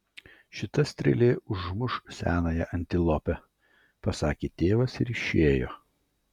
šita strėlė užmuš senąją antilopę pasakė tėvas ir išėjo